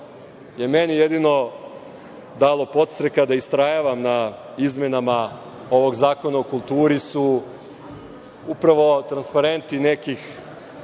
je meni jedino dalo podstreka da istrajavam na izmenama ovog Zakona o kulturu su upravo transparenti nekih